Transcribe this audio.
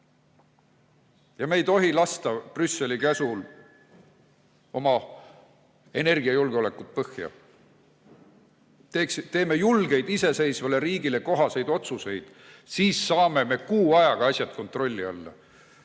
Ja me ei tohi lasta Brüsseli käsul oma energiajulgeolekut põhja. Teeme julgeid iseseisvale riigile kohaseid otsuseid, siis saame kuu ajaga asjad kontrolli alla.